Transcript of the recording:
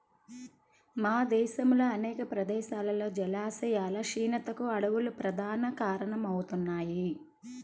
మన దేశంలో అనేక ప్రదేశాల్లో జలాశయాల క్షీణతకు అడవులు ప్రధాన కారణమవుతున్నాయి